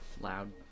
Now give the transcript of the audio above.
Loud